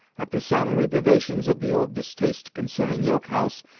after some revivations of the old distaste concerning york house,